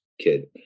kid